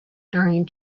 during